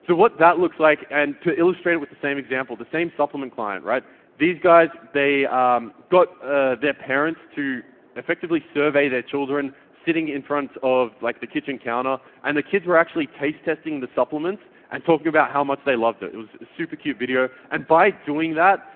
so what that looks like and to illustrate it with the same example, the same supplement client, these guys they got their parents to effectively survey their children sitting in front of like the kitchen counter, and the kids were actually taste-testing the supplements, and talking about how much they loved it. it was a super cute video. and by doing that,